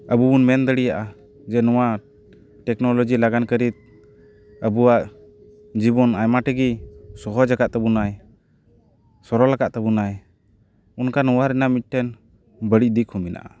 ᱟᱵᱚ ᱵᱚᱱ ᱢᱮᱱ ᱫᱟᱲᱮᱭᱟᱜᱼᱟ ᱡᱮ ᱱᱚᱣᱟ ᱴᱮᱠᱱᱳᱞᱳᱡᱤ ᱞᱟᱜᱟᱱ ᱠᱟᱹᱨᱤ ᱟᱵᱚᱣᱟᱜ ᱡᱤᱵᱚᱱ ᱟᱭᱢᱟ ᱴᱟᱜᱮ ᱥᱚᱦᱚᱡᱽ ᱟᱠᱟᱫ ᱛᱟᱵᱚᱱᱟᱭ ᱥᱚᱨᱚᱞ ᱟᱠᱟᱫ ᱛᱟᱵᱚᱱᱟᱭ ᱚᱱᱠᱟ ᱱᱚᱣᱟ ᱨᱮᱱᱟᱜ ᱢᱤᱫᱴᱮᱱ ᱵᱟᱹᱲᱤᱡ ᱫᱤᱠ ᱦᱚᱸ ᱢᱮᱱᱟᱜᱼᱟ